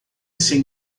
sem